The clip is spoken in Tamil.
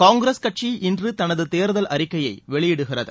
காங்கிரஸ் கட்சி இன்று தனது தேர்தல் அறிக்கையை வெளியிடுகிறது